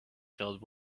field